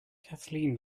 kathleen